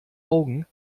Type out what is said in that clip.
augen